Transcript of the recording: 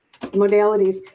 modalities